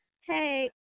Hey